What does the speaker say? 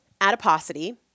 adiposity